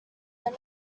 then